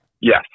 Yes